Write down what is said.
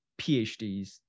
PhDs